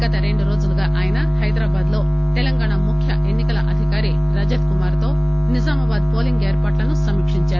గత రెండు రోజులుగా ఆయన హైదరాబాద్లో తెలంగాణ ముఖ్య ఎన్నిక అధికారి రజత్కుమార్తో నిజామాబాద్ పోలింగ్ ఏర్పాట్లను సమీకిందారు